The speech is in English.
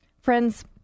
friends